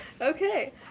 Okay